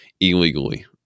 illegally